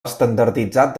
estandarditzat